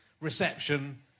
reception